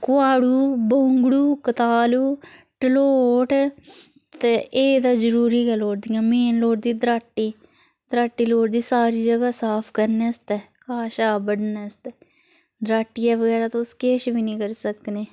कोहाड़ू बौंगडूू कतालु तलोट ते एह् ते ज़रूरी गै लोड़दियां मेन लोड़दी दराटी दराटी लोड़दी सारी जगह् साफ करने आस्तै घाह् शाह बड्डने आस्तै दराटियै बगैरा तुस किश बी नी करी सकने